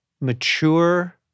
mature